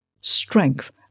strength